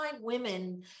women